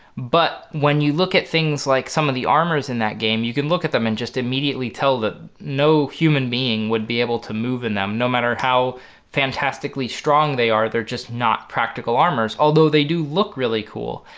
but when you look at things like some of the armors in that game you can look at them and just immediately tell that no human being would be able to move in them. no matter how fantastically strong they are they're just not practical armors. although they do look really cool,